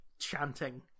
chanting